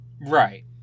Right